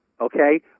okay